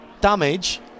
damage